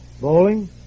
Bowling